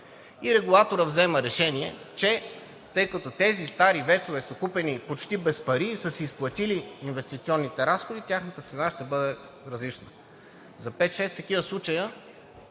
И регулаторът взема решение, че тъй като тези стари ВЕЦ-ове са купени почти без пари, са си изплатили инвестиционните разходи, тяхната цена ще бъде различна. За пет-шест такива случая